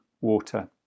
water